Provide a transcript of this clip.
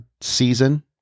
season